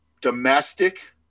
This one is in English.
domestic